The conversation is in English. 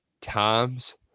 times